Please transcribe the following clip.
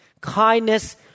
Kindness